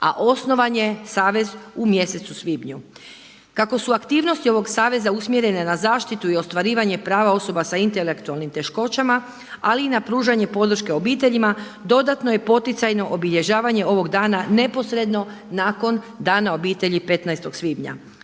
a osnovan je savez u mjesecu svibnju. Kako su aktivnosti ovog Saveza usmjerene na zaštitu i ostvarivanje prava osoba sa intelektualnim teškoćama, ali i na pružanje podrške obiteljima dodatno je poticajno obilježavanje ovog dana neposredno nakon Dana obitelji 15. svibnja.